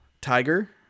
Tiger